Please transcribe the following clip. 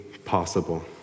possible